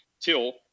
till